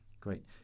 great